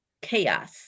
chaos